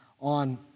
on